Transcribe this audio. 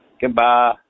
goodbye